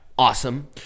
Awesome